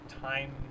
time